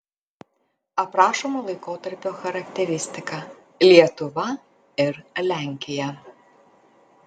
aprašomo laikotarpio charakteristika lietuva ir lenkija